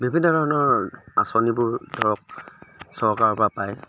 বিভিন্ন ধৰণৰ আঁচনিবোৰ ধৰক চৰকাৰৰ পৰা পায়